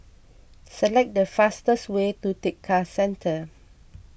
select the fastest way to Tekka Centre